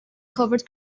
covered